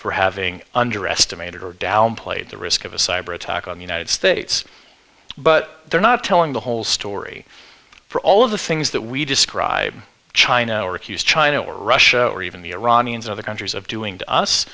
for having underestimated or downplayed the risk of a cyber attack on the united states but they're not telling the whole story for all of the things that we describe china or accuse china or russia or even the iranians or the countries of doing to us